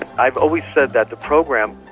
i've always said that the program,